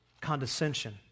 condescension